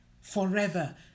forever